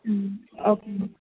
okay ma'am